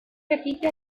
repite